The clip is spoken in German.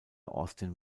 austin